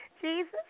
Jesus